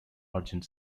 urgent